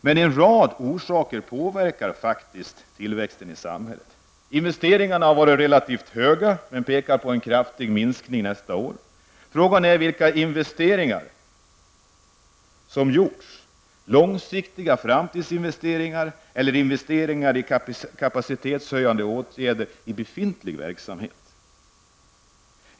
Men en rad orsaker påverkar faktiskt tillväxten i samhället. Investeringarna har varit relativt höga men en kraftig minskning väntas nästa år. Frågan är vilka investeringar som gjorts, långsiktiga framtidsinvesteringar eller investeringar i kapacitetshöjande åtgärder i befintlig verksamhet.